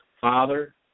Father